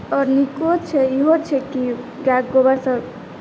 आओर नीको छै इहो छै कि गाएक गोबरसँ